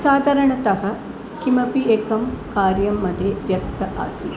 साधारणतः किमपि एकं कार्यं मध्ये व्यस्तः आसीत्